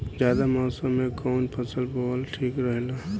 जायद मौसम में कउन फसल बोअल ठीक रहेला?